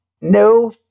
No